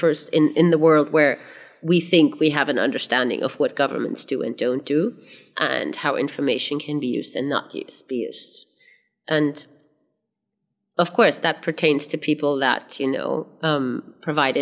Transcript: first in in the world where we think we have an understanding of what governments do and don't do and how information can be used and not used be used and of course that pertains to people that you know um provide